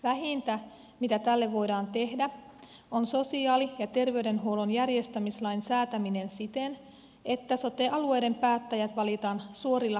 vähintä mitä tälle voidaan tehdä on sosiaali ja terveydenhuollon järjestämislain säätäminen siten että sote alueiden päättäjät valitaan suorilla kansanvaaleilla